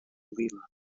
leela